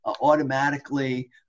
automatically